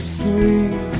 sweet